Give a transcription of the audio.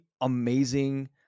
amazing